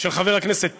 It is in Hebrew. של חבר הכנסת טיבי,